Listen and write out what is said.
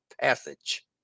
Passage